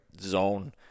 zone